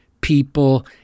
people